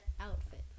outfit